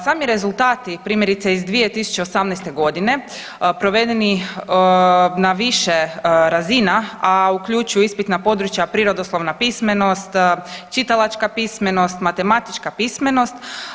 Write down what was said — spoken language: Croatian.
Sami rezultati primjerice iz 2018.g. provedeni na više razina, a uključuju ispitna područja prirodoslovna pismenost, čitalačka pismenost, matematička pismenost.